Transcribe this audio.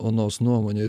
onos nuomonei